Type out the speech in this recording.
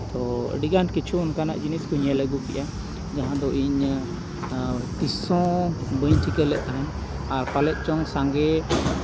ᱛᱳ ᱟᱹᱰᱤᱜᱟᱱ ᱠᱤᱪᱷᱩ ᱚᱱᱠᱟᱱᱟᱜ ᱡᱤᱱᱤᱥ ᱠᱚᱧ ᱧᱮᱞ ᱟᱹᱜᱩ ᱠᱮᱜᱼᱟ ᱡᱟᱦᱟᱸ ᱫᱚ ᱤᱧ ᱛᱤᱥᱦᱚᱸ ᱵᱟᱹᱧ ᱴᱷᱤᱠᱟᱹ ᱞᱮᱫ ᱛᱟᱦᱮᱱ ᱟᱨ ᱯᱟᱞᱮᱫ ᱪᱚᱝ ᱥᱟᱸᱜᱮ